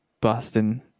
Boston